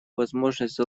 возможность